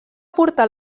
portar